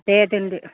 दे दोनदो